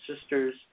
sisters